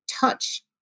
touch